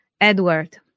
edward